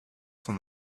son